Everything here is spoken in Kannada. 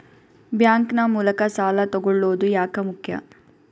ಬ್ಯಾಂಕ್ ನ ಮೂಲಕ ಸಾಲ ತಗೊಳ್ಳೋದು ಯಾಕ ಮುಖ್ಯ?